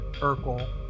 Urkel